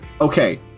okay